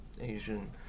Asian